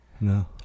no